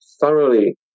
thoroughly